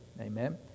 Amen